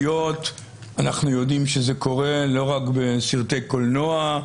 אנחנו יודעים שזה קורה לא רק בסרטי קולנוע.